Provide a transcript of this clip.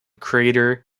crater